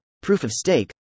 proof-of-stake